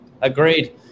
Agreed